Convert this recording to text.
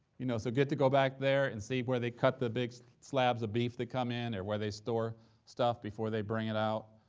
you know, so get to go back there and see where they cut the big slabs of beef that come in, or where they store stuff before they bring it out,